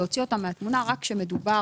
להוציא אותם מן התמונה רק כשמדובר